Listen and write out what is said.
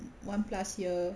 one plus year